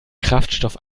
kraftstoff